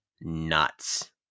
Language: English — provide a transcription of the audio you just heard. nuts